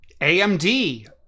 AMD